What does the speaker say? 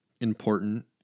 important